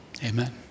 Amen